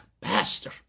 pastor